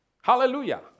Hallelujah